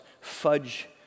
fudge